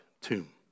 tomb